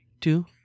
two